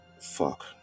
Fuck